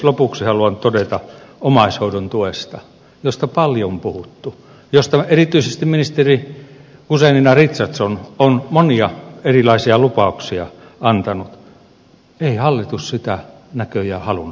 lopuksi haluan todeta omaishoidon tuesta josta on paljon puhuttu josta erityisesti ministeri guzenina richardson on monia erilaisia lupauksia antanut että ei hallitus sitä näköjään halunnutkaan hoitaa